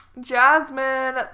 Jasmine